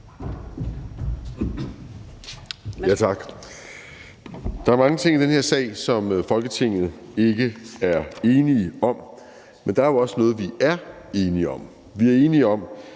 Tak. Der er mange ting i den her sag, som der ikke er enighed om i Folketinget, men der er også noget, vi er enige om. Vi er enige om,